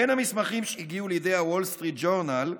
בין המסמכים שהגיעו לידי הוול סטריט ג'ורנל,